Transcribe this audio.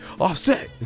Offset